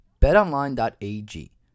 BetOnline.ag